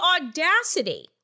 audacity